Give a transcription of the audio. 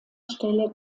stelle